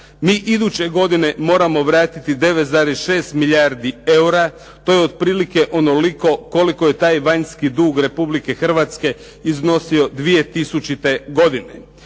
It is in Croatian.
Mi iduće godine moramo vratiti 9,6 milijardi eura. To je otprilike onoliko koliko je taj vanjski dug Republike Hrvatske iznosio 2000. godine.